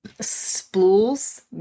spools